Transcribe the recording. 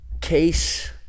Case